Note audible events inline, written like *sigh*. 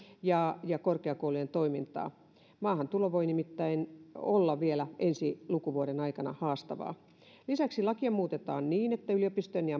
ja ja korkeakoulujen toimintaa maahantulo voi nimittäin olla vielä ensi lukuvuoden aikana haastavaa lisäksi lakia muutetaan niin että yliopistoilla ja *unintelligible*